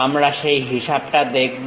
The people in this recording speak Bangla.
আমরা সেই হিসাবটা দেখব